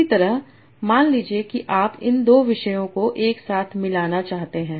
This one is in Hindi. इसी तरह मान लीजिए कि आप इन 2 विषयों को एक साथ मिलाना चाहते हैं